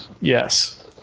Yes